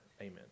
Amen